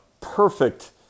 perfect